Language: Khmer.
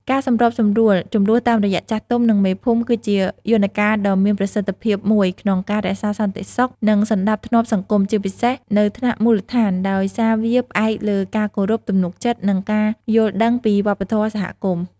ការសម្របសម្រួលជម្លោះតាមរយៈចាស់ទុំ និងមេភូមិ គឺជាយន្តការដ៏មានប្រសិទ្ធភាពមួយក្នុងការរក្សាសន្តិសុខ និងសណ្តាប់ធ្នាប់សង្គម ជាពិសេសនៅថ្នាក់មូលដ្ឋាន ដោយសារវាផ្អែកលើការគោរព ទំនុកចិត្ត និងការយល់ដឹងពីវប្បធម៌សហគមន៍។